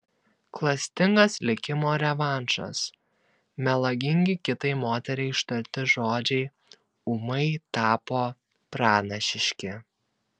klastingas likimo revanšas melagingi kitai moteriai ištarti žodžiai ūmai tapo pranašiški